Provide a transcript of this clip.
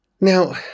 Now